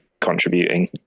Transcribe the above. contributing